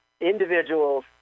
individuals